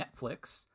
Netflix